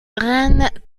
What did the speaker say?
reine